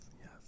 yes